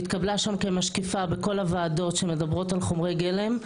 והתקבלה שם כמשקיפה בכל הוועדות שמדברות על חומרי גלם,